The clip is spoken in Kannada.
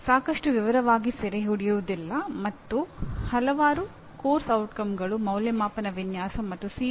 ಆದ್ದರಿಂದ ಪದವಿ ಪಡೆಯುವ ಎಂಜಿನಿಯರ್ಗೆ ಶಿಸ್ತು ಮತ್ತು ವೃತ್ತಿಪರ ಅವಶ್ಯಕತೆಗಳು ಮುಖ್ಯ